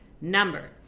number